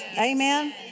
Amen